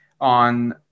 on